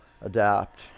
adapt